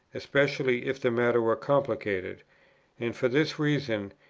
especially if the matter were complicated and for this reason,